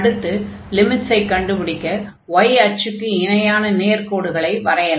அடுத்து லிமிட்ஸை கண்டுபிடிக்க y அச்சுக்கு இணையான நேர்க்கோடுகளை வரையலாம்